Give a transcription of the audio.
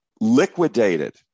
liquidated